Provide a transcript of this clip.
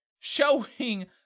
Showing